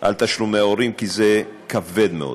על תשלומי ההורים, כי זה כבד מאוד.